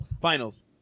Finals